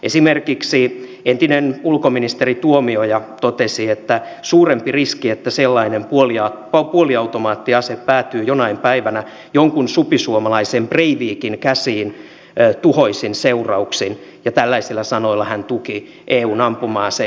esimerkiksi entinen ulkoministeri tuomioja totesi että suurempi riski on että sellainen puoliautomaattiase päätyy jonain päivänä jonkun supisuomalaisen breivikin käsiin tuhoisin seurauksin ja tällaisilla sanoilla hän tuki eun ampuma asedirektiiviä